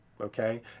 Okay